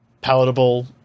palatable